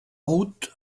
route